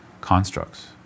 constructs